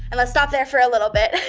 and let's stop there for a little bit.